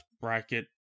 bracket